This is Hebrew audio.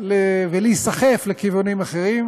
ולהיסחף לכיוונים אחרים